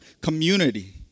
community